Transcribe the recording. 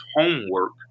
homework